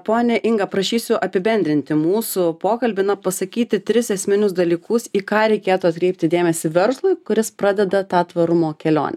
ponia inga prašysiu apibendrinti mūsų pokalbį na pasakyti tris esminius dalykus į ką reikėtų atkreipti dėmesį verslui kuris pradeda tą tvarumo kelionę